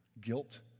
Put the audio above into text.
Guilt